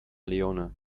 leone